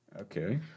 Okay